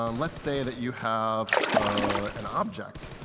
um let's say that you have ah an object.